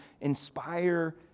inspire